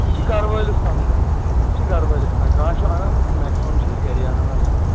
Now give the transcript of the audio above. یہِ چھُ گرٕ وٲلس تام سَر یہِ چھُ گرٕ وٲلس تام کانہہ چھُ انان میکسِمَم چھِ أسۍ گرے انان آز سۭتۍ